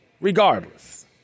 regardless